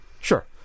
sure